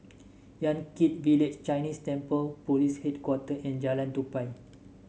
Yan Kit Village Chinese Temple Police Headquarter and Jalan Tupai